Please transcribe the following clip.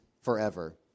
forever